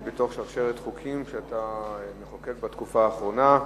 שהיא בתוך שרשרת חוקים שאתה מחוקק בתקופה האחרונה.